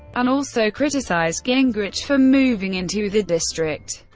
and also criticized gingrich for moving into the district.